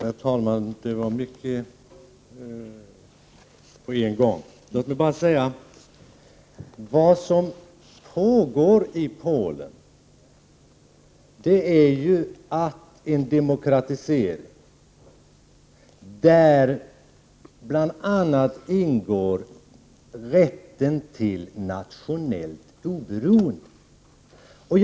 Herr talman! Det var mycket på en gång. Låt mig bara säga att vad som pågår i Polen är en demokratisering där bl.a. rätten till nationellt oberoende ingår.